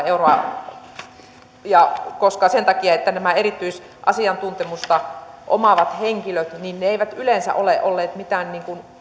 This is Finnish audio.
euroa sen takia että erityisasiantuntemusta omaavat henkilöt eivät yleensä ole olleet mitään